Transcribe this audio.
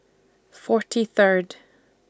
forty Third